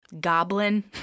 goblin